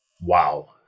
Wow